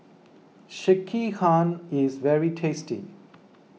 Sekihan is very tasty